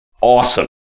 awesome